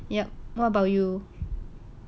yup how about you